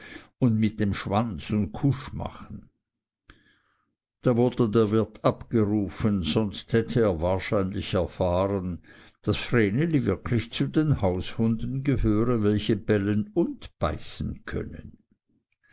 wedeln mit dem schwanze und kusch machen da wurde der wirt abgerufen sonst hätte er wahrscheinlich er fahren daß vreneli wirklich zu den haushunden gehöre welche bellen und beißen können